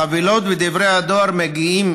החבילות ודברי הדואר מגיעים